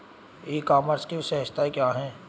ई commerce की विशेषताएं क्या हैं?